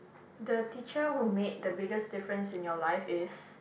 the teacher who made the biggest difference in your life is